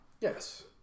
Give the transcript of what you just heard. Yes